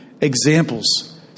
examples